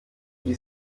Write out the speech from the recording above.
die